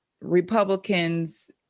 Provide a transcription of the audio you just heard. Republicans